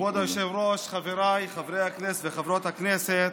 כבוד היושב-ראש, חבריי חברי וחברות הכנסת,